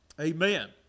Amen